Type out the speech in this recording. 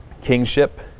kingship